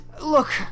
Look